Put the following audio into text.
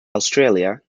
australia